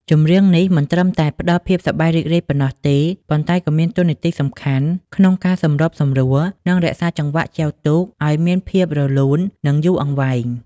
ចម្រៀងនេះមិនត្រឹមតែផ្តល់ភាពសប្បាយរីករាយប៉ុណ្ណោះទេ ប៉ុន្តែក៏មានតួនាទីសំខាន់ក្នុងការសម្របសម្រួល និងរក្សាចង្វាក់ចែវទូកឲ្យមានភាពរលូន និងយូរអង្វែង។